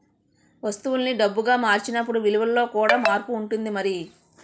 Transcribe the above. వస్తువుల్ని డబ్బుగా మార్చినప్పుడు విలువలో కూడా మార్పు ఉంటుంది మరి